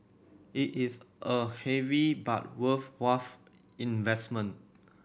it is a heavy but worth investment